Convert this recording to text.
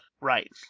Right